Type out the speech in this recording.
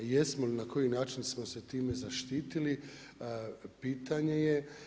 Jesmo li i na koji način smo se time zaštitili pitanje je.